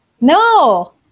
no